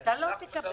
אתה לא מקבל.